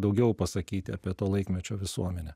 daugiau pasakyti apie to laikmečio visuomenę